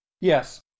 Yes